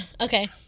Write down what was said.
Okay